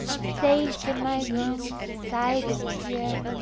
safe in my room beside the pier,